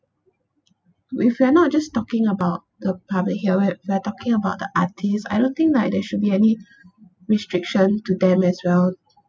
with we're not just talking about the public here we we are talking about the artists I don't think like there should be any restriction to them as well